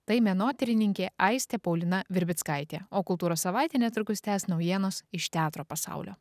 tai menotyrininkė aistė paulina virbickaitė o kultūros savaitę netrukus tęs naujienos iš teatro pasaulio